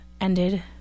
ended